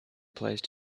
placed